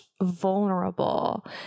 vulnerable